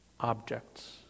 objects